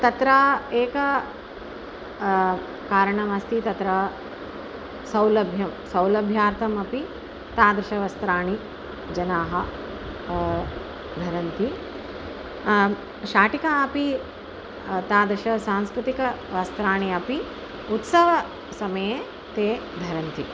तत्र एकं कारणम् अस्ति तत्र सौलभ्यं सौल्यभ्यार्थमपि तादृशवस्त्राणि जनाः धरन्ति शाटिका अपि तादृशानि सांस्कृतिकवस्त्राणि अपि उत्सव समये ते धरन्ति